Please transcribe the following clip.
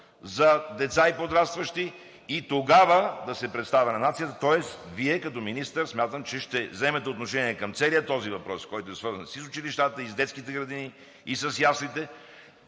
за деца и подрастващи и тогава да се представи на нацията. Тоест смятам, че като министър Вие ще вземете отношение към целия този въпрос, който е свързан и с училищата, и с детските градини, и с яслите